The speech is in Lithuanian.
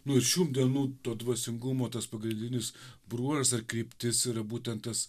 nuo šių dienų to dvasingumo tas pagrindinis bruožas ar kryptis yra būtent tas